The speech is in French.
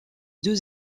deux